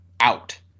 out